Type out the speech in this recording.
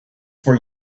for